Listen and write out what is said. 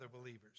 believers